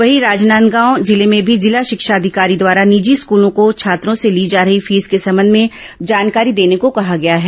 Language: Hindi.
वहीं राजनांदगांव जिले में भी जिला शिक्षा अधिकारी द्वारा निजी स्कूलों को छात्रों से ली जा रही फीस के संबंध में जानकारी देने को कहा गया है